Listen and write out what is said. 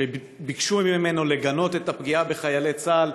כשביקשו ממנו לגנות את הפגיעה בחיילי צה"ל,